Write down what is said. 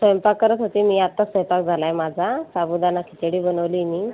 स्वयंपाक करत होते मी आताच स्वैपाक झाला आहे माझा साबुदाणा खिचडी बनवली आहे मी